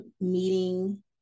meeting